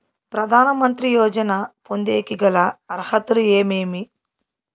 ప్రధాన మంత్రి యోజన పొందేకి గల అర్హతలు ఏమేమి?